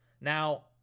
Now